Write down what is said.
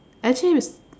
actually is